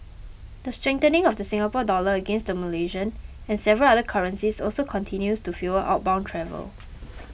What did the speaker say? the strengthening of the Singapore Dollar against the Malaysian and several other currencies also continues to fuel outbound travel